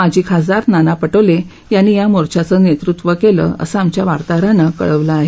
माजी खासदार नाना पटोले यांनी या मोर्चाचं नेतृत्व केलं असं आमच्या वार्ताहरणानं कळवलं आहे